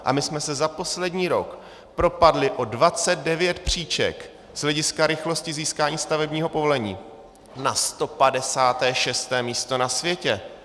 A my jsme se za poslední rok propadli o 29 příček z hlediska rychlosti získání stavebního povolení na 156. místo na světě.